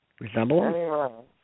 resemble